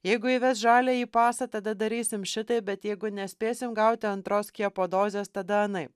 jeigu įves žaliąjį pasą tada darysime šitaip bet jeigu nespėsim gauti antros skiepo dozės tada anaip